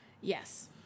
Yes